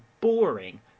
boring